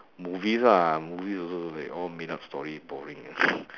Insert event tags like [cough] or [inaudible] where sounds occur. movies lah movies also like all made up story boring lah [laughs]